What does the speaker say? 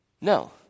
No